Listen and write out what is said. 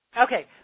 okay